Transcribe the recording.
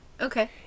Okay